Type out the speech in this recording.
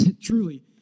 truly